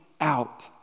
out